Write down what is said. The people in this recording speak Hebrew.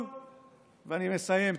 ואני מסיים,